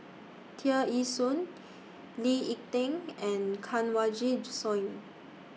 Tear Ee Soon Lee Ek Tieng and Kanwaljit Soin